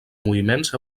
moviments